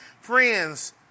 Friends